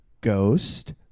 Ghost